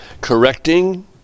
correcting